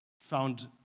found